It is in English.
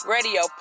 Radio